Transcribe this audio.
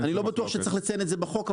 לא בטוח שיש לציין את זה בחוק.